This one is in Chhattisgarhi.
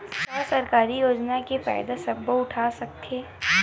का सरकारी योजना के फ़ायदा सबो उठा सकथे?